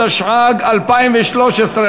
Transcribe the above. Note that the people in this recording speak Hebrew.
התשע"ג 2013,